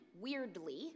weirdly